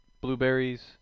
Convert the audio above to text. blueberries